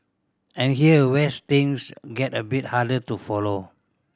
and here where things get a bit harder to follow